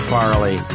Farley